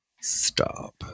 Stop